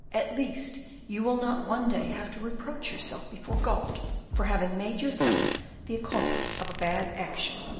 at least you will not one day have to reproach yourself before god for having made yourself the accomplice of a bad action.